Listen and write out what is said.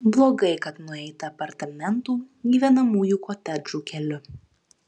blogai kad nueita apartamentų gyvenamųjų kotedžų keliu